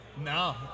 No